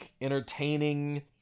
entertaining